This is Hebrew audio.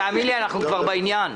תאמין לי, אנחנו כבר בעניין.